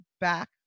back